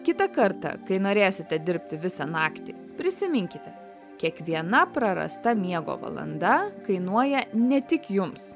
kitą kartą kai norėsite dirbti visą naktį prisiminkite kiekviena prarasta miego valanda kainuoja ne tik jums